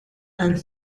and